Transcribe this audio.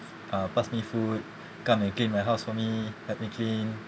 uh pass me food come and clean my house for me help me clean